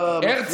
אתה מפריע.